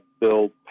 bill